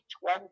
one